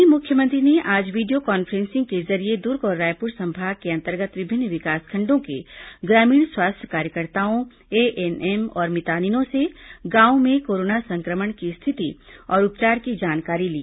वहीं मुख्यमंत्री ने आज वीडियो कॉन्फ्रेंसिंग के जरिये दुर्ग और रायपुर संभाग के अंतर्गत विभिन्न विकासखंडों के ग्रामीण स्वास्थ्य कार्यकर्ताओं एएनएम और मितानिनों से गांवों में कोरोना संक्रमण की स्थिति और उपचार की जानकारी ली